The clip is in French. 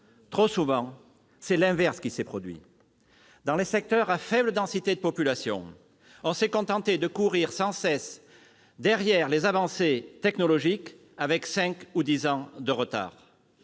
trop souvent, c'est l'inverse qui s'est produit. Dans les secteurs à faible densité de population, on s'est contenté de courir sans cesse derrière les avancées technologiques avec cinq ou dix ans de retard.